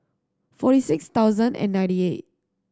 forty six thousand and ninety eight